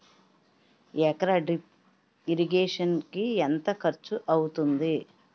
ఎకర drip irrigation కి ఎంత ఖర్చు అవుతుంది?